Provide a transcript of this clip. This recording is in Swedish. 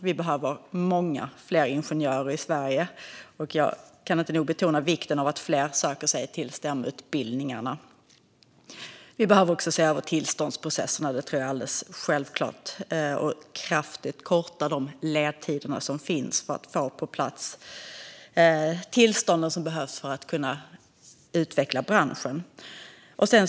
Vi behöver många fler ingenjörer i Sverige. Jag kan inte nog betona vikten av att fler söker sig till STEM-utbildningarna. Vi behöver också se över tillståndsprocesserna - det tror jag är alldeles självklart - och kraftigt korta de ledtider som finns för att få de tillstånd på plats som behövs för att kunna utveckla branschen.